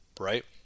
right